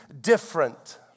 different